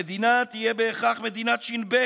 המדינה, תהיה בהכרח מדינת ש"ב,